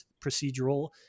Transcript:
procedural